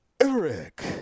Eric